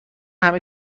همه